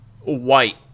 white